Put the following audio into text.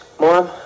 Mom